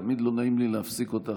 תמיד לא נעים לי להפסיק אותך,